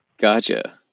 Gotcha